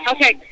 Okay